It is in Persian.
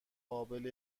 قابل